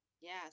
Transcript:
Yes